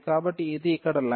కాబట్టి ఇది ఇక్కడ లైన్